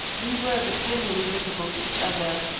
we were but dimly visible to each other.